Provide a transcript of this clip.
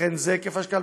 ולכן זה היקף ההשקעה,